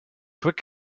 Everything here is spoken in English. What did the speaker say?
quick